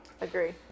Agree